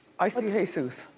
i see heyzeus.